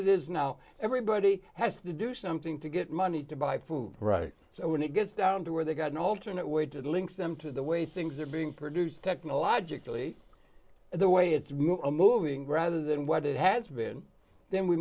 it is now everybody has to do something to get money to buy food right so when it gets down to where they've got an alternate way to link them to the way things are being produced technologically the way it's moving rather than what it has been then we